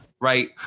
right